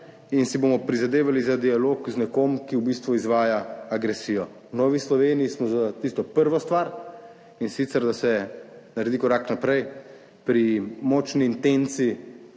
in si bomo prizadevali za dialog z nekom, ki v bistvu izvaja agresijo. V Novi Sloveniji smo za tisto prvo stvar in sicer, da se naredi korak naprej pri močni intenci